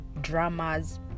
dramas